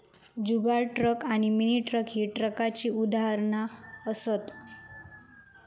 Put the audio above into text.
जुगाड truck आणि mini truck ही ट्रकाची उदाहरणा असत